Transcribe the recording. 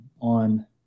on